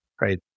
right